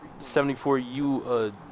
74U